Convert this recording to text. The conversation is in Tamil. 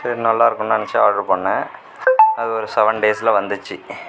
சரி நல்லாயிருக்கும்னு நினச்சி ஆர்டர் பண்ணேன் அது ஒரு செவென் டேஸில் வந்துச்சு